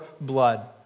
blood